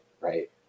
right